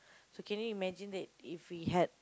so can you imagine that if we had